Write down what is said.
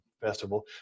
festival